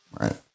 Right